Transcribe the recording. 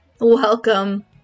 Welcome